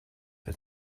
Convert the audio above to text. for